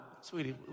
sweetie